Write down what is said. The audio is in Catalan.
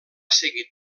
seguit